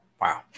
Wow